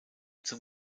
zum